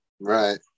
Right